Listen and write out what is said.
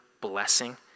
blessing